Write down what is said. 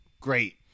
great